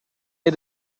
ate